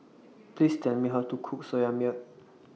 Please Tell Me How to Cook Soya Milk